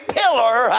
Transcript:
pillar